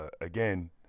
again